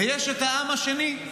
ויש את העם השני,